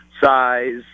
size